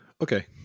Okay